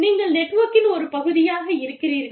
நீங்கள் நெட்வொர்க்கின் ஒரு பகுதியாக இருக்கிறீர்கள்